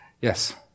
Yes